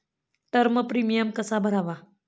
Term premium कसा भरावा?